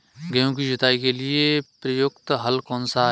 गेहूँ की जुताई के लिए प्रयुक्त हल कौनसा है?